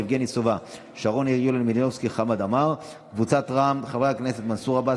אנחנו נגדיר את עצמנו כעם חזק,